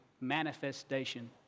manifestation